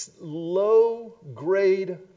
low-grade